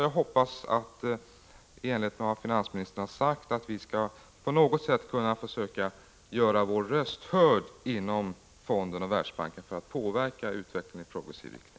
Jag hoppas att vi efter vad finansministern har sagt på något sätt skall kunna göra vår röst hörd inom Valutafonden och Världsbanken för att påverka utvecklingen i progressiv riktning.